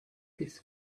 his